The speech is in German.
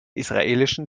israelischen